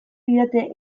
didate